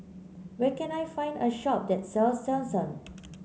where can I find a shop that sells Selsun